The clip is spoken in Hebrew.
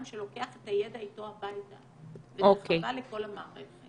שלוקח את הידע איתו הביתה וזה חבל לכל המערכת.